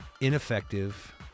ineffective